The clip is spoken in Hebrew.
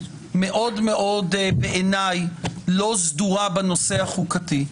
מאוד מאוד בעיניי לא סדורה בנושא החוקתי,